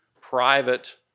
private